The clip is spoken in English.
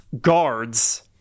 guards